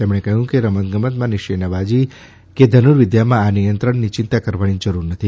તેમણે કહ્યું કે રમતગમતમાં નિશાનેબાજી કે ધર્નુવિદ્યામાં આ નિયંત્રણથી ચિંતા કરવાની જરૂર નથી